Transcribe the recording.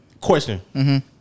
question